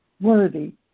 worthy